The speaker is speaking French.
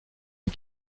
une